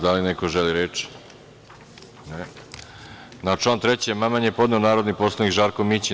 Da li neko želi reč? (Ne.) Na član 3. amandman je podneo narodni poslanik Žarko Mićin.